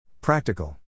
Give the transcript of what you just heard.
Practical